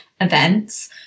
events